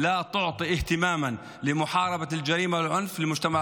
לא מייחסת חשיבות למאבק בפשיעה